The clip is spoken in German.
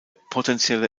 potentielle